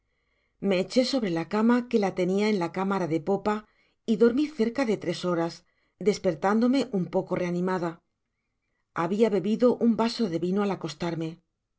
eché sobre la cama que la tenia en la cámara de popa y dormi cerca de tres horas despertándome un poco reanimada habia bebido un vaso de vino al acostarme